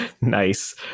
Nice